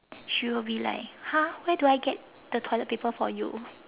she will be like !huh! where do I get the toilet paper for you